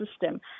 system